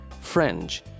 French